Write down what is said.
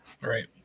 Right